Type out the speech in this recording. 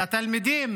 לתלמידים